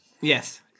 Yes